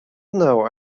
know